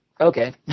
Okay